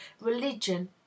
religion